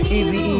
Easy